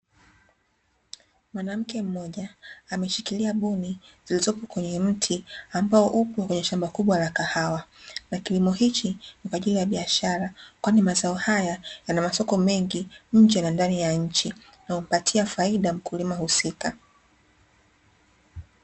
Mwanamke mmoja ameshikilia buni zilizopo kwenye mti ambao upo kwenye shamba kubwa la kahawa, na kilimo hichi ni kwa ajili ya biashara kwani mazao haya yana masoko mengi nje na ndani ya nchi na humpatia faida mkulima husika.